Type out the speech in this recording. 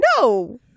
No